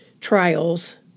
trials